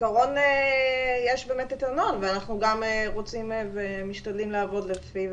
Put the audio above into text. בעקרון יש באמת את הנוהל ואנחנו גם רוצים ומשתדלים לעבוד לפיו.